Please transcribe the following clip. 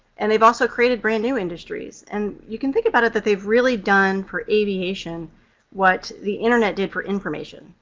and they've also created brand-new industries, and you can think about it that they've really done for aviation what the internet did for information.